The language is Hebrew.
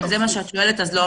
אם זה מה שאת שואלת, אז לא.